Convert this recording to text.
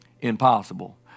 impossible